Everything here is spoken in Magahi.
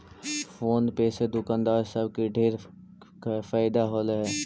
फोन पे से दुकानदार सब के ढेर फएदा होलई हे